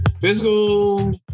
physical